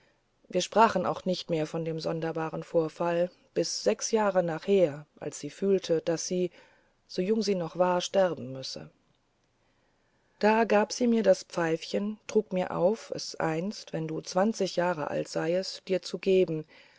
wir sprachen auch nicht mehr von dem sonderbaren vorfall bis sechs jahre nachher als sie fühlte daß sie so jung sie noch war sterben müsse da gab sie mir das pfeifchen trug mir auf es einst wenn du zwanzig jahre alt seiest dir zu geben